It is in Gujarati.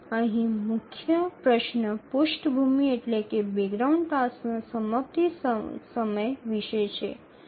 અહીં મુખ્ય પ્રશ્ન પૃષ્ઠભૂમિ ટાસ્કના સમાપ્તિ સમય વિશે છે